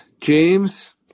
James